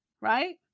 right